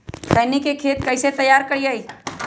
खैनी के खेत कइसे तैयार करिए?